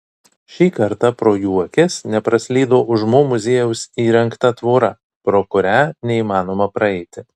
šį kartą pro jų akis nepraslydo už mo muziejaus įrengta tvora pro kurią neįmanoma praeiti